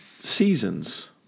seasons